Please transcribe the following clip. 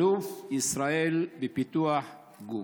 אלוף ישראל בפיתוח גוף.